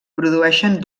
produeixen